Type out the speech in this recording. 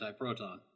antiproton